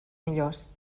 millors